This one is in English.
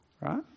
right